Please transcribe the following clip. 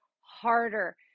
harder